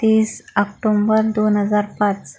तीस आक्टोंबर दोन हजार पाच